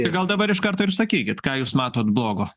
ir gal dabar iš karto ir sakykit ką jūs matot blogo